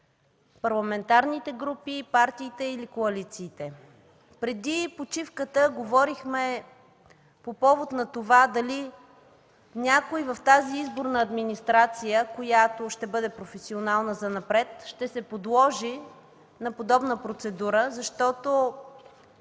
парламентарните групи, партиите или коалициите. Преди почивката говорихме по повод на това дали някой в тази изборна администрация, която ще бъде професионална занапред, ще се подложи на подобна процедура. Не